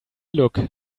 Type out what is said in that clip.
look